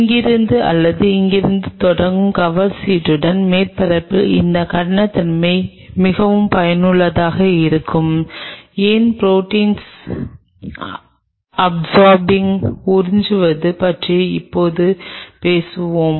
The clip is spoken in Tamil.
இங்கிருந்து அல்லது இங்கிருந்து தொடங்கும் கவர் சீட்டின் மேற்பரப்பின் இந்த கடினத்தன்மை மிகவும் பயனுள்ளதாக இருக்கும் ஏன் ப்ரோடீன்ஸ் அப்சார்பிங் உறிஞ்சுவது பற்றி எப்போது பேசுவோம்